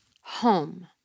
home